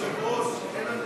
היושב-ראש, אין לנו